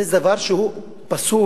זה דבר שהוא פסול.